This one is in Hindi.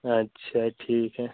अच्छा ठीक है